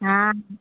हाँ हाँ